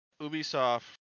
Ubisoft